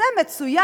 זה מצוין.